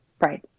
right